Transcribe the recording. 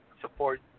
support